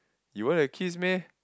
you want a kiss meh